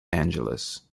angeles